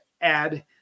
add